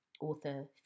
author